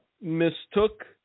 mistook